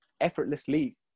effortlessly